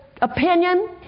opinion